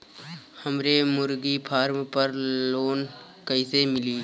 हमरे मुर्गी फार्म पर लोन कइसे मिली?